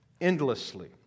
endlessly